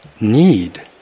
need